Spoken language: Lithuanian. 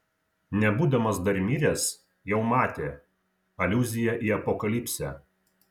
nebūdamas dar miręs jau matė aliuzija į apokalipsę